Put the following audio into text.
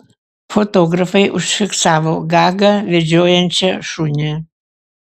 fotografai užfiksavo gagą vedžiojančią šunį